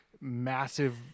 massive